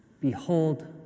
Behold